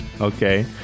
Okay